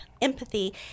empathy